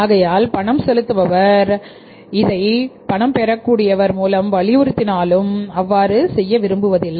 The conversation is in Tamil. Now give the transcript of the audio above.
ஆகையால் பணம் செலுத்துபவர் இதை பணம் பெறக் கூடியவர் வலியுறுத்தினாலும் அவ்வாறு செய்ய விரும்புவதில்லை